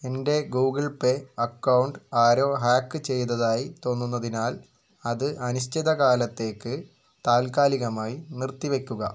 എൻ്റെ Google pay account ആരോ hack ചെയ്തതായി തോന്നുന്നതിനാൽ അത് അനിശ്ചിതകാലത്തേക്ക് താൽക്കാലികമായി നിർത്തിവയ്ക്കുക